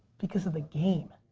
because of the game.